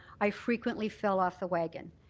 i frequently fell off the wagon.